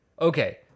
okay